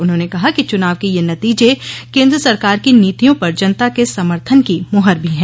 उन्होंने कहा कि चुनाव के यह नतीजे केन्द्र सरकार की नीतियों पर जनता के समर्थन की मुहर भी है